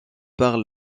par